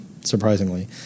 Surprisingly